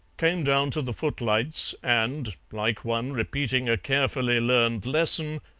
came down to the footlights and, like one repeating a carefully learned lesson,